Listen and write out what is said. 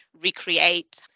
recreate